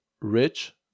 rich